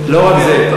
לא רק זה.